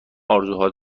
ارزوها